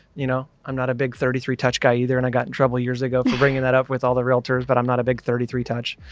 you know, i'm not a big thirty three touch guy either. and i got in trouble years ago for bringing that up with all the realtors, but i'm not a big thirty three touch,